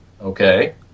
Okay